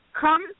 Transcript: come